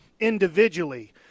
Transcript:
individually